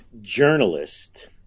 journalist